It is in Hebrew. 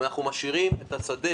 ואנחנו משאירים את השדה,